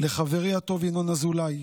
לחברי הטוב ינון אזולאי